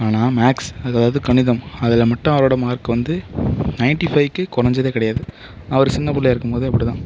ஆனால் மேக்ஸ் அதாவது கணிதம் அதில் மட்டும் அவரோடய மார்க் வந்து நைன்ட்டி ஃபைவுக்கு குறஞ்சதே கிடையாது அவர் சின்னப்பிள்ளையா இருக்குமோதே அப்படி தான்